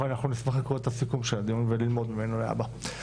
אבל אנחנו נשמח לקרוא את הסיכום של הדיון וללמוד ממנו להבא,